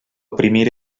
primera